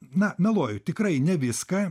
na meluoju tikrai ne viską